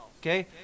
okay